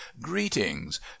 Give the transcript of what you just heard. greetings